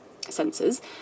sensors